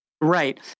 right